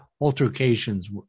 altercations